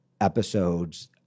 episodes